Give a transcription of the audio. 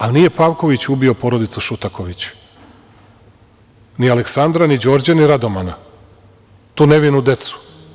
Ali, nije Pavković ubio porodicu Šutaković, ni Aleksandra, ni Đorđa, ni Radomana, tu nevinu decu.